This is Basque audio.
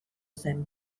zen